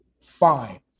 fine